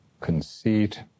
conceit